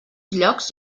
llocs